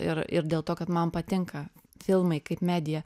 ir ir dėl to kad man patinka filmai kaip medija